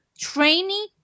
training